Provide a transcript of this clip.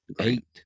eight